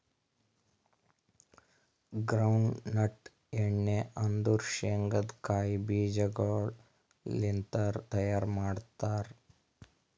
ground nut ಎಣ್ಣಿ ಅಂದುರ್ ಶೇಂಗದ್ ಕಾಯಿ ಬೀಜಗೊಳ್ ಲಿಂತ್ ತೈಯಾರ್ ಮಾಡ್ತಾರ್